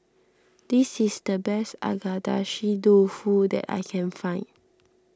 this is the best Agedashi Dofu that I can find